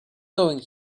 going